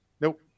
Nope